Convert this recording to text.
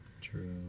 True